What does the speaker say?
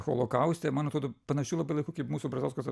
holokauste man atrodo panašiu labai laiku kaip mūsų brazauskas